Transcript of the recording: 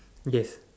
yes